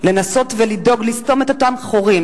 לנסות ולדאוג לסתום את אותם חורים,